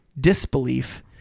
disbelief